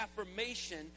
affirmation